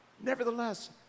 Nevertheless